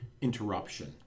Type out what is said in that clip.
interruption